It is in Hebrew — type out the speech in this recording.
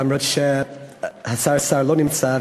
למרות שהשר לא נמצא,